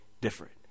different